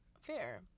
Fair